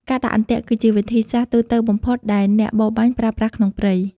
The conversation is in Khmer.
ការដាក់អន្ទាក់គឺជាវិធីសាស្ត្រទូទៅបំផុតដែលអ្នកបរបាញ់ប្រើប្រាស់ក្នុងព្រៃ។